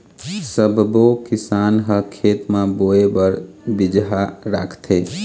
सब्बो किसान ह खेत म बोए बर बिजहा राखथे